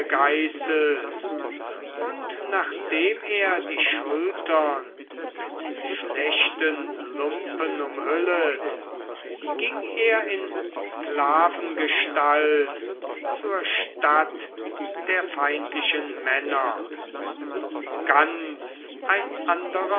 und nachdem er die schultern mit schlechten lumpen umhüllet ging er in sklavengestalt zur stadt der feindlichen männer ganz ein anderer